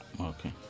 Okay